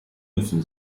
müssen